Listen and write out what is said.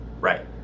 Right